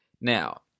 Now